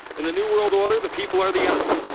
in the new world order, the people are the enemy.